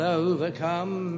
overcome